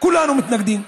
כולנו מתנגדים,